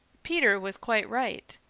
peter was quite right.